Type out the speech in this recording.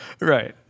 Right